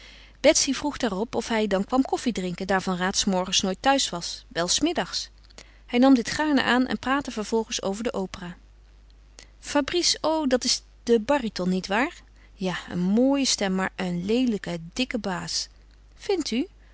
betsy vroeg daarop of hij dan kwam koffiedrinken daar van raat s morgens nooit thuis was wel s middags hij nam dit gaarne aan en praatte vervolgens over de opera fabrice o dat is de baryton niet waar ja een mooie stem maar een leelijke dikke baas vindt u